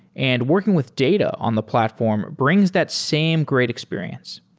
and working with data on the platform brings that same great experience.